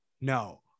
no